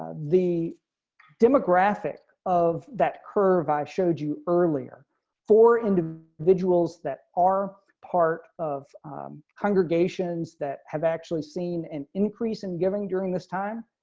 the demographic of that curve i showed you earlier for individuals that are part of congregations that have actually seen an increase in giving during this time,